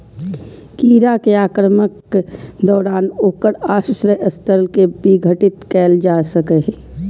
कीड़ा के आक्रमणक दौरान ओकर आश्रय स्थल कें विघटित कैल जा सकैए